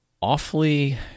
awfully